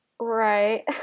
Right